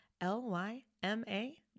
L-Y-M-A